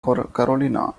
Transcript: carolina